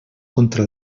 contra